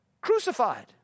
crucified